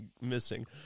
missing